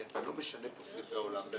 כי אתה לא משנה פה סדרי עולם.